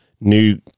new